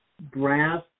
brass